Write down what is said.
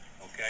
Okay